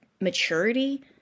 maturity